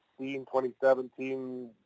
2017